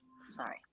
Sorry